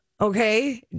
Okay